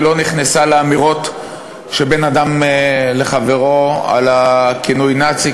היא לא נכנסה לאמירות שבין אדם לחברו על הכינוי "נאצי",